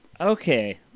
okay